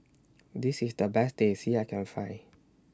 This IS The Best Teh C that I Can Find